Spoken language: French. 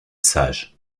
sage